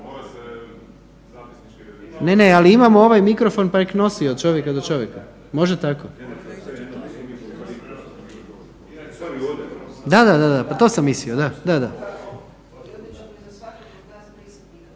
Ne, ne, ali imamo ovaj mikrofon pa nek nosi od čovjeka do čovjeka. Može tako? Da, da pa to sam mislio. Ne, ne,